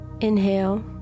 Inhale